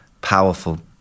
powerful